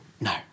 No